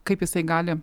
kaip jisai gali